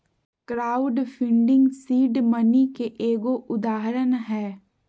crowd funding seed money के एगो उदाहरण हय